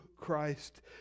Christ